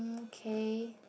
okay